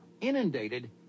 ...inundated